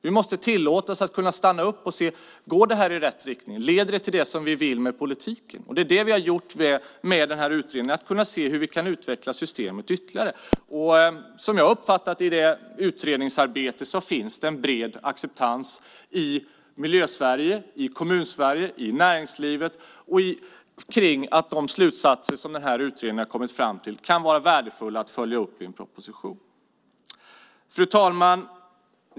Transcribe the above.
Vi måste ge tillåtelse att kunna stanna upp och se om det går i rätt riktning, om det leder till det vi vill med politiken. Det är det vi har gjort med den här utredningen: Vi vill se hur vi kan utveckla systemet ytterligare. Som jag har uppfattat det från utredningsarbetet finns det en bred acceptans i Miljösverige, i Kommunsverige och i näringslivet kring att de slutsatser som denna utredning har kommit fram till kan vara värdefulla att följa upp i en proposition. Fru talman!